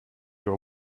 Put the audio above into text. your